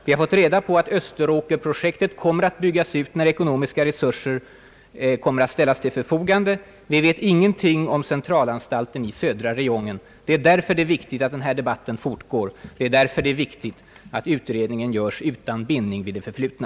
Vi har fått reda på att österåkerprojektet kommer att byggas ut, när ekonomiska resurser ställs till förfogande. Och vi vet ingenting alls om framtiden för centralanstalten i södra räjongen. Därför är det viktiga att denna debatt fortgår. Därför är det viktigt att utredningen görs utan bindning till det förflutna.